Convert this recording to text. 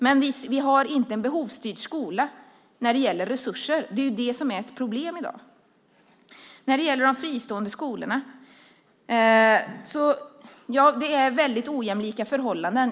Däremot har vi inte en behovsstyrd skola när det gäller resurser, vilket är ett problem i dag. Vad gäller de fristående skolorna är förhållandena mycket ojämlika.